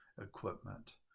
equipment